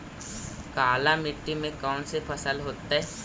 काला मिट्टी में कौन से फसल होतै?